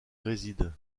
réside